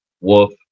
Wolf